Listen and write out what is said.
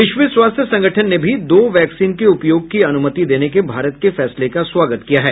विश्व स्वास्थ्य संगठन ने भी दो वैक्सीन के उपयोग की अनुमति देने के भारत के फैसले का स्वागत किया है